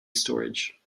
storage